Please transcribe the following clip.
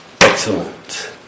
Excellent